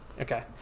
Okay